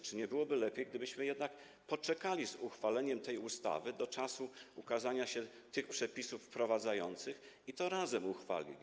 Czy nie byłoby lepiej, gdybyśmy jednak poczekali z uchwaleniem tej ustawy do czasu ukazania się tych przepisów wprowadzających i razem to uchwalili?